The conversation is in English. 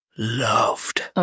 loved